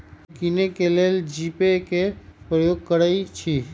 हम किने के लेल जीपे कें प्रयोग करइ छी